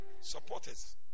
Supporters